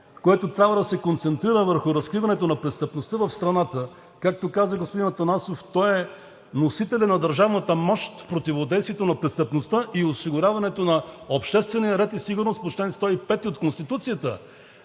което трябва да се концентрира върху разкриването на престъпността в страната, както каза господин Атанасов, то е носителят на държавната мощ в противодействието на престъпността и осигуряването на обществения ред и сигурност по чл. 105 от Конституцията,